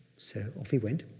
so off he went,